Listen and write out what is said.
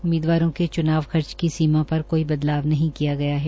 उम्मीदवारों के च्नाव खर्च की सीमा पर कोई बदलाव नहीं किया गया है